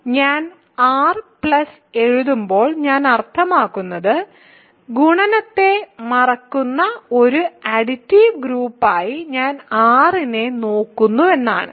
ഞാൻ R എഴുതുമ്പോൾ ഞാൻ അർത്ഥമാക്കുന്നത് ഗുണനത്തെ മറക്കുന്ന ഒരു അഡിറ്റീവ് ഗ്രൂപ്പായി ഞാൻ R നെ നോക്കുന്നുവെന്നാണ്